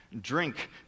drink